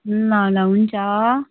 ल ल हुन्छ